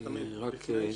-- רק שניה.